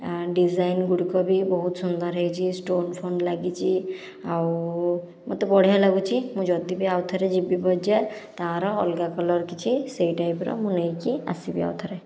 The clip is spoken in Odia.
ଡିଜାଇନ ଗୁଡ଼ିକ ବି ବହୁତ ସୁନ୍ଦର ହୋଇଛି ଷ୍ଟୋନ ଫୋନ ଲାଗିଛି ଆଉ ମୋତେ ବଢ଼ିଆ ଲାଗୁଛି ମୁଁ ଯଦି ବି ଆଉ ଥରେ ଯିବି ବଜାର ତାର ଅଲଗା କଲର କିଛି ସେହି ଟାଇପର ମୁଁ ନେଇକି ଆସିବି ଆଉଥରେ